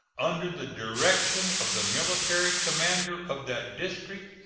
under the direction of the military commander of that district,